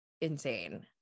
insane